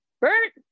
Bert